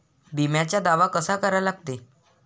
बिम्याचा दावा कसा करा लागते?